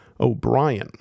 O'Brien